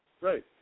Right